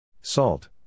Salt